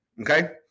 Okay